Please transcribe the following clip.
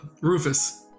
Rufus